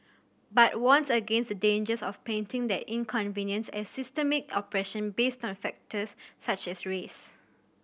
but warns against the dangers of painting that inconvenience as systemic oppression based on factors such as race